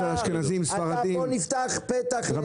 פה נפתח פתח להמשך דיאלוג --- דיברת על אשכנזים וספרדים.